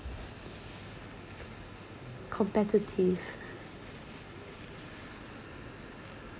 competitive